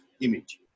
image